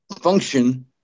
function